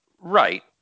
Right